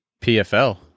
PFL